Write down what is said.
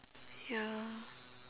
ya